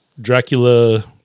Dracula